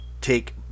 take